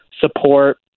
support